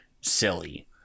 silly